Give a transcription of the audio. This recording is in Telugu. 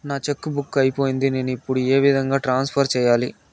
నా చెక్కు బుక్ అయిపోయింది నేను ఇప్పుడు ఏ విధంగా ట్రాన్స్ఫర్ సేయాలి?